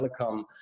telecom